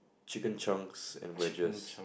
chicken chunks and wedges